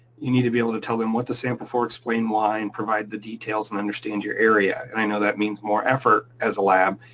you need to be able to tell them what to sample for, explain why and provide the details, and understand your area, and i know that means more effort as a lab.